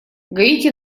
гаити